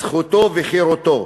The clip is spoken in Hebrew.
זכותו וחירותו.